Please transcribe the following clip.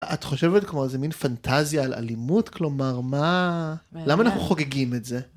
את חושבת כמו איזה מין פנטזיה על אלימות? כלומר, למה אנחנו חוגגים את זה?